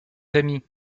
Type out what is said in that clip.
amis